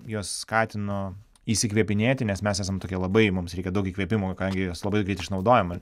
juos skatinu įsikvėpinėti nes mes esam tokie labai mums reikia daug įkvėpimo kadangi juos labai greit išnaudojame